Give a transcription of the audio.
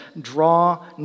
draw